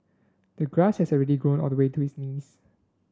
the grass had already grown all the way to his knees